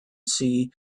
see